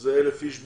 שזה 1,000 איש בערך,